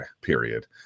period